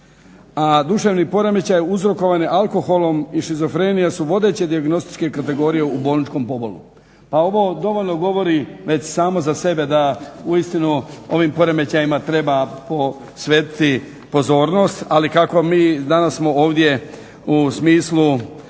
A duševni poremećaj uzrokovan je alkoholom i šizofrenija su vodeće dijagnostičke kategorije u bolničkom pobolu. A ovo dovoljno govori već samo za sebe da uistinu ovim poremećajima treba posvetiti pozornost, ali kako mi danas smo ovdje u smislu